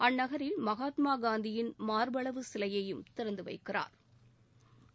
அந்நகரில் மகாத்மா காந்தியின் மா்பு அளவு சிலையையும் திறந்து வைக்கிறா்